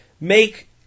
make